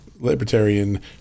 libertarian